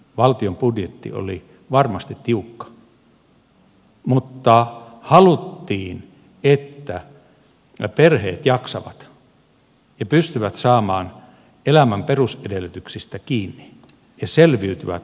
valtion budjetti oli varmasti tiukka mutta haluttiin että perheet jaksavat ja pystyvät saamaan elämän perusedellytyksistä kiinni ja selviytyvät arjesta